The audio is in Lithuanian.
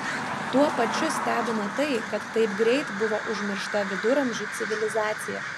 tuo pačiu stebina tai kad taip greit buvo užmiršta viduramžių civilizacija